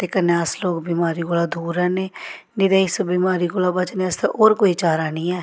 ते कन्नै अस लोक बमारी कोला दूर रैह्न्ने नेईं ते इस बमारी कोला बचने आस्तै होर कोई चारा निं ऐ